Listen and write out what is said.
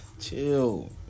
Chill